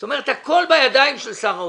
זאת אומרת, הכול בידיים של שר האוצר.